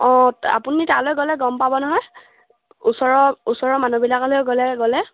অঁ আপুনি তালৈ গ'লে গম পাব নহয় ওচৰৰ ওচৰৰ মানুহবিলাকলৈ ঘৰলৈ গ'লে